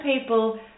people